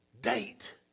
Date